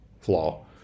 flaw